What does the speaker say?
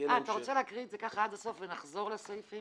אתה רוצה להקריא את זה ככה עד הסוף ונחזור לסעיפים?